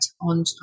on